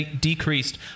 decreased